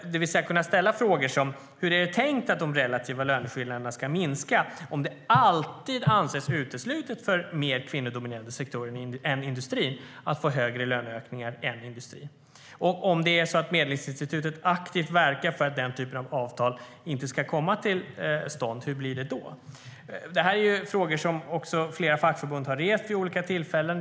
Man ska alltså kunna ställa frågor som: Hur är det tänkt att de relativa löneskillnaderna ska minska om det alltid anses uteslutet för mer kvinnodominerade sektorer än industrin att få högre löneökningar än industrin? Och om Medlingsinstitutet aktivt verkar för att den typen av avtal inte ska komma till stånd - hur blir det då? Detta är frågor som flera fackförbund har rest vid olika tillfällen.